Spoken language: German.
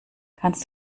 kannst